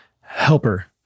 helper